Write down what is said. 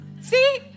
See